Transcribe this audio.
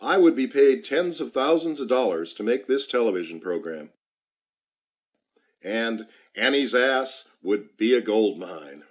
i would be paid tens of thousands of dollars to make this television program and annie's ass would be a gold mine